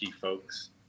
folks